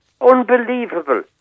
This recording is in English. Unbelievable